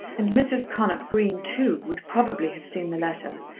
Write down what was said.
and mrs. connop green too would probably have seen the letter,